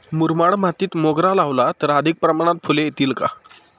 मुरमाड मातीत मोगरा लावला तर अधिक प्रमाणात फूले येतील का?